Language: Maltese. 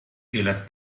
tielet